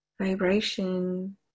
vibration